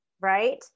right